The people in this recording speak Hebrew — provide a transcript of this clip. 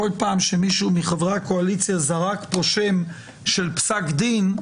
כל פעם שמישהו מחברי הקואליציה זרק פה שם של פסק דין,